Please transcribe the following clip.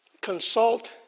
Consult